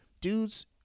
dudes